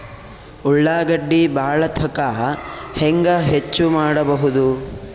ಉಳ್ಳಾಗಡ್ಡಿ ಬಾಳಥಕಾ ಹೆಂಗ ಹೆಚ್ಚು ಮಾಡಬಹುದು?